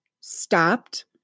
stopped